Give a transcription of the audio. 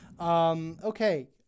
okay